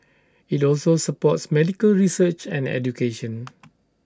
IT also supports medical research and education